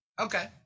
okay